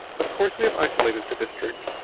of course, we have isolated the district,